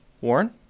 Warren